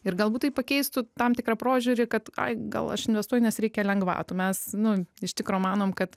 ir galbūt tai pakeistų tam tikrą prožiūrį kad ai gal aš investuoju nes reikia lengvatų mes nu iš tikro manom kad